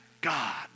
God